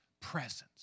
presence